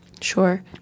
Sure